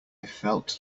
felt